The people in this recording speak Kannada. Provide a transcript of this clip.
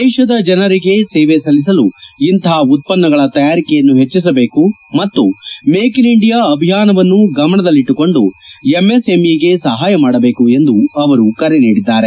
ದೇಶದ ಜನರಿಗೆ ಸೇವೆ ಸಲ್ಲಿಸಲು ಇಂತಹ ಉತ್ತನ್ನಗಳ ತಯಾರಿಕೆಯನ್ನು ಹೆಚ್ಚಸಬೇಕು ಮತ್ತು ಮೇಕ್ ಇನ್ ಇಂಡಿಯಾ ಅಭಿಯಾನವನ್ನು ಗಮನದಲ್ಲಿಟ್ಲುಕೊಂಡು ಎಂಎಸ್ಎಂಇಗೆ ಸಹಾಯ ಮಾಡಬೇಕು ಎಂದು ಅವರು ಕರೆ ನೀಡಿದ್ದಾರೆ